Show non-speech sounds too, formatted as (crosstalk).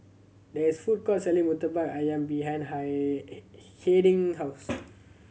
there is a food court selling Murtabak Ayam behind (unintelligible) Hiding house